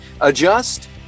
adjust